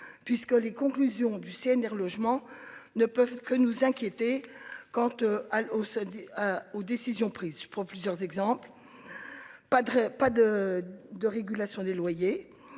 puisque les conclusions du CNR logement ne peuvent que nous inquiéter quand tu as ça dit aux décisions prises. Je prends plusieurs exemples. Padraig pas de de régulation des loyers.